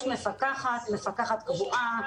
יש מפקחת קבועה,